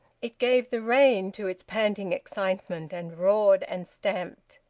it gave the rein to its panting excitement, and roared and stamped.